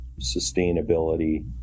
sustainability